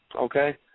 Okay